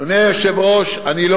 אדוני היושב-ראש, אני לא